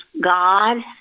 God